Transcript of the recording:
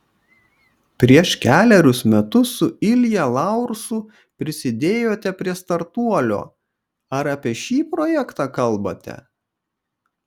prieš kelerius metus su ilja laursu prisidėjote prie startuolio ar apie šį projektą kalbate